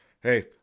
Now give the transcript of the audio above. Hey